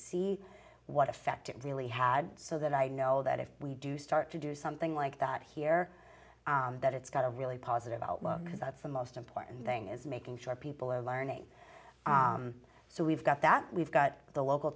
see what effect it really had so that i know that if we do start to do something like that here that it's got a really positive outlook because that's the most important thing is making sure people are learning so we've got that we've got the local